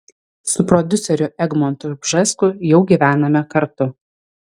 su prodiuseriu egmontu bžesku jau gyvename kartu